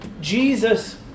Jesus